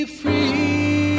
free